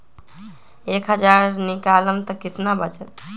एक हज़ार निकालम त कितना वचत?